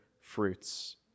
fruits